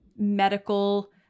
medical